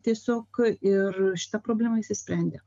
tiesiog ir šita problema išsisprendė